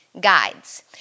guides